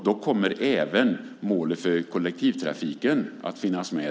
Då kommer även målet för kollektivtrafiken att finnas med.